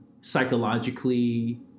psychologically